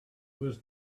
was